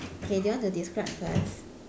okay do you want to describe first